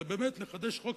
ובאמת נחדש חוק,